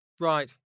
Right